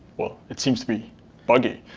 well, it seems to be buggy.